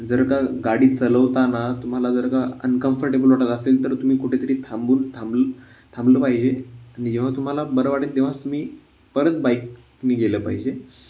जर का गाडी चालवताना तुम्हाला जर का अनकम्फर्टेबल वाटत असेल तर तुम्ही कुठेतरी थांबून थांबल थांबलं पाहिजे आणि जेव्हा तुम्हाला बरं वाटेल तेव्हाच तुम्ही परत बाईकने गेलं पाहिजे